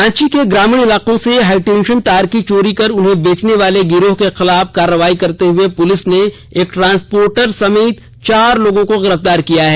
रांची के ग्रामीण इलाकों से हाईटेंशन तार की चोरी कर उन्हें बेचने वाले गिरोह के खिलाफ कार्रवाई करते हुए पुलिस ने एक ट्रांसपोर्टर सहित चार लोगों को गिरफ्तार किया है